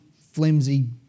flimsy